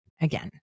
again